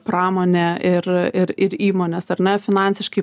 pramonė ir ir ir įmonės ar ne finansiškai